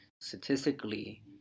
statistically